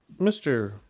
Mr